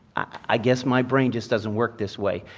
i guess my brain just doesn't work this way,